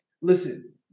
Listen